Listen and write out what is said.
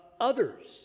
others